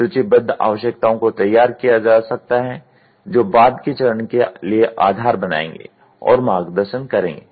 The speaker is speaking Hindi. सूचीबद्ध आवश्यकताओं को तैयार किया जा सकता है जो बाद के चरण के लिए आधार बनाएंगे और मार्गदर्शन करेंगे